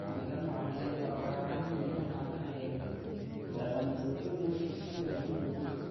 Amai dau mu amai shaujul akulga nga na kənaiya danə wanai ngogu damu nga-ki-gətagərə shugur nga